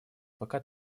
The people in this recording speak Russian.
пока